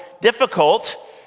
difficult